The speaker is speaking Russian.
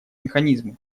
механизмы